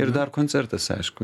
ir dar koncertas aišku